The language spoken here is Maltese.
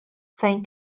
fejn